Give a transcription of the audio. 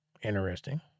Interesting